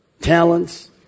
talents